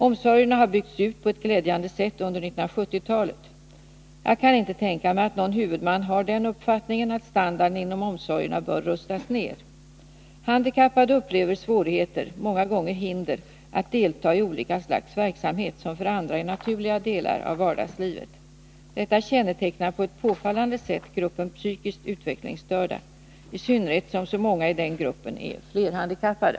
Omsorgerna har byggts ut på ett glädjande sätt under 1970-talet. Jag kan inte tänka mig att någon huvudman har den uppfattningen att standarden inom omsorgerna bör rustas ner. Handikappade upplever svårigheter, många gånger hinder, att delta i olika slags verksamhet som för andra är naturliga delar av vardagslivet. Detta kännetecknar på ett påfallande sätt gruppen psykiskt utvecklingsstörda, i synnerhet som så många i den gruppen är flerhandikappade.